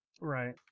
Right